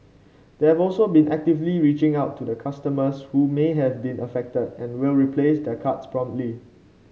they have also been actively reaching out to customers who may have been affected and will replace their cards promptly